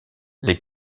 les